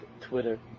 Twitter